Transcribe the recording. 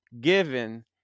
given